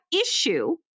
issue